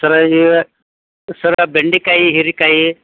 ಸರ ಈಗ ಸರ ಬೆಂಡೆಕಾಯಿ ಹೀರೆಕಾಯಿ